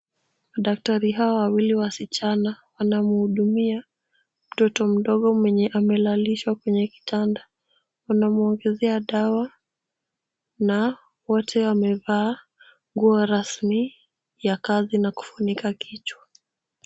Madaktari hawa wawili wasichana wanahudumia mtoto mdogo mwenye amelalishwa kwenye kitanda. Wameongezea dawa na wote wamevaa nguo rasmi ya kazi na kufunika kichwa.